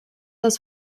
das